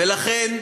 ולכן,